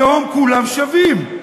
היום כולם שווים,